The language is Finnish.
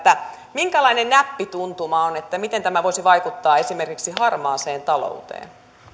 minkälainen näppituntuma on miten tämä voisi vaikuttaa esimerkiksi harmaaseen talouteen